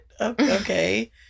Okay